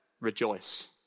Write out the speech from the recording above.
rejoice